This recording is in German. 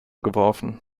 geworfen